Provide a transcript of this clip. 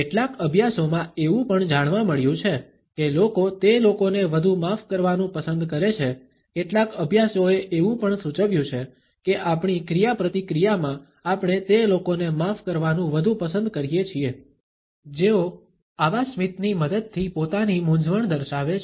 કેટલાક અભ્યાસોમાં એવું પણ જાણવા મળ્યું છે કે લોકો તે લોકોને વધુ માફ કરવાનું પસંદ કરે છે કેટલાક અભ્યાસોએ એવું પણ સૂચવ્યું છે કે આપણી ક્રિયાપ્રતિક્રિયામાં આપણે તે લોકોને માફ કરવાનું વધુ પસંદ કરીએ છીએ જેઓ આવા સ્મિતની મદદથી પોતાની મૂંઝવણ દર્શાવે છે